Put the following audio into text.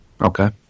Okay